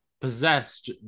possessed